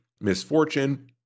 Misfortune